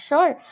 Sure